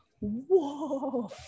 Whoa